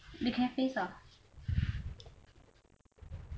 the cafes ah